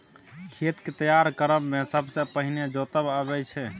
खेत केँ तैयार करब मे सबसँ पहिने जोतब अबै छै